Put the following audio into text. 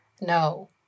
No